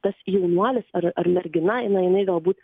tas jaunuolis ar ar mergina jinai jinai galbūt